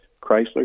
Chrysler